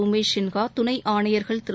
உமேஷ் சின்ஹா துணை ஆணையர்கள் திரு